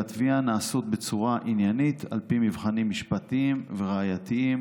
התביעה נעשות בצורה עניינית על פי מבחנים משפטיים וראייתיים,